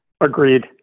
Agreed